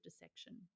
dissection